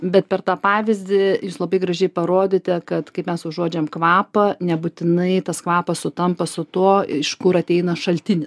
bet per tą pavyzdį jūs labai gražiai parodėte kad kai mes užuodžiam kvapą nebūtinai tas kvapas sutampa su tuo iš kur ateina šaltinis